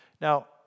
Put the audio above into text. Now